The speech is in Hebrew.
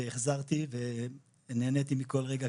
והחזרתי ונהניתי מכל רגע,